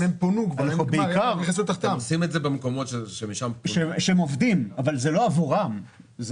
אנחנו עושים את זה במקומות שבהם הם עובדים אבל זה לא עבורם,